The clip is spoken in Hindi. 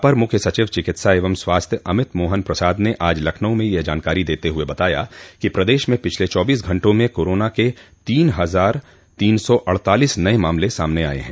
अपर मुख्य सचिव चिकित्सा एवं स्वास्थ्य अमित मोहन प्रसाद ने आज लखनऊ में यह जानकारी देते हुए बताया कि प्रदेश में पिछले चौबीस घंटों में कोरोना के तीन हजार तीन सौ अड़तालीस नये मामले सामने आये हैं